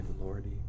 lordy